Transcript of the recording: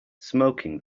smoking